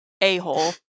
a-hole